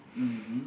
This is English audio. mmhmm